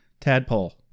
tadpole